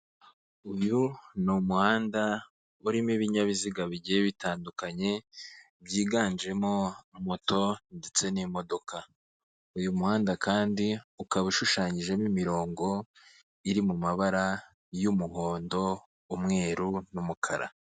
Uyu ni umuhanda urimo ibinyabiziga bigiye bitandukanye byiganjemo moto ndetse n'imodoka, uyu muhanda kandi ukaba ushushanyijemo imirongo iri mu mabara y'umuhondo, umweru n'umukara.